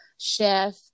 chef